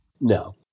No